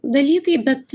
dalykai bet